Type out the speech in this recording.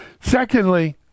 Secondly